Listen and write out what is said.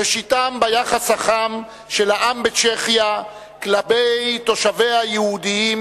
ראשיתם ביחס החם של העם בצ'כיה כלפי תושביה היהודים